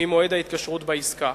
ממועד ההתקשרות בעסקה.